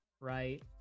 Right